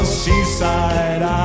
seaside